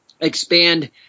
expand